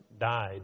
died